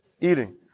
Eating